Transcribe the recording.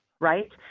right